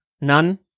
none